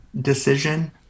decision